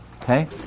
Okay